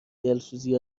دلسوزی